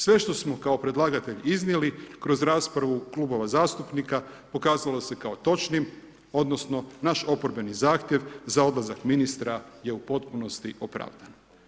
Sve što smo kao predlagatelj iznijeli kroz raspravu klubova zastupnika, pokazalo se kao točnim odnosno naš oporbeni zahtjev za odlazak ministar je u potpunosti opravdan.